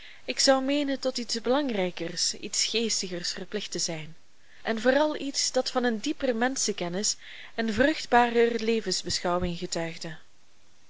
ik zou meenen tot iets belangrijkers iets geestigers verplicht te zijn en vooral tot iets dat van een dieper menschenkennis en vruchtbarer levensbeschouwing getuigde